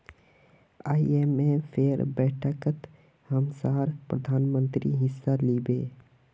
आईएमएफेर बैठकत हमसार प्रधानमंत्री हिस्सा लिबे